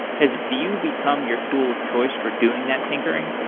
has vue become your tool of choice for doing that tinkering?